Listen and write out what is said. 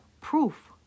proof